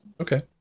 Okay